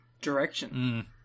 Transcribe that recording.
Direction